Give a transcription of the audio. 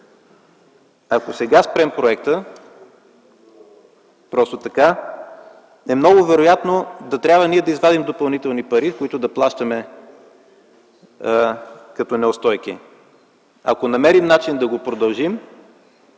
Ако сега спрем проекта, просто така, е много вероятно да трябва ние да извадим допълнителни пари, които да плащаме като неустойки. Ако намерим начин да го продължим,